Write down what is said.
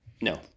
No